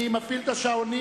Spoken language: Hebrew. אני מפעיל את השעונים.